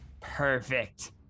Perfect